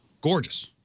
Gorgeous